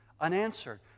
unanswered